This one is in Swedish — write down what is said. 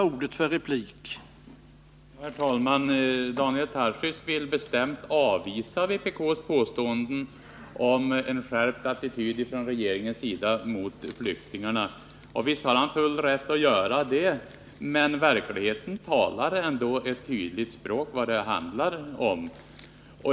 Herr talman! Daniel Tarschys vill bestämt avvisa vpk:s påståenden om en skärpt attityd från regeringens sida mot flyktingarna, och visst har han rätt att göra det. Men verkligheten talar ändå sitt tydliga språk.